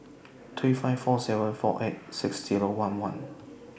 three five four seven four eight six Zero one one